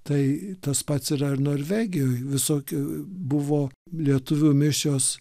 tai tas pats yra ir norvegijoj visokių buvo lietuvių mišios